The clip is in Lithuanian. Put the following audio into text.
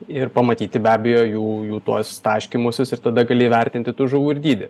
ir pamatyti be abejo jų jų tuos taškymusis ir tada gali įvertinti tų žuvų ir dydį